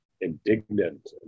indignant